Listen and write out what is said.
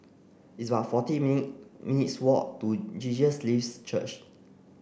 it's about fourteen mean minutes walk to Jesus Lives Church